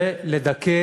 זה לדכא